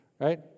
Right